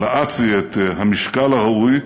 לאצ"י את המשקל הראוי,